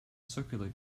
circular